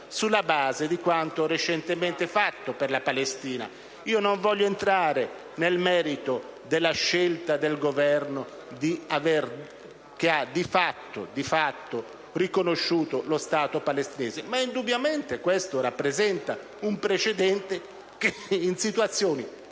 sulla base di quanto recentemente fatto per la Palestina. Non voglio entrare nel merito della scelta del Governo che ha di fatto riconosciuto lo Stato palestinese, ma indubbiamente questo rappresenta un precedente che in situazioni